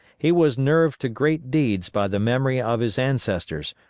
he was nerved to great deeds by the memory of his ancestors,